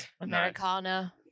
Americana